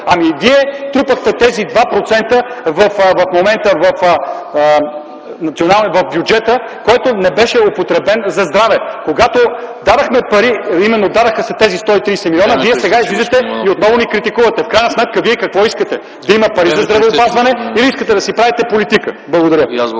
Вие трупахте тези 2% в бюджета, който не беше употребен за здраве. Когато дадохме пари, а именно се дадоха тези 130 милиона, вие сега излизате и отново ни критикувате. В крайна сметка вие какво искате – да има пари за здравеопазване или искате да си правите политика? Благодаря.